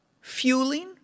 fueling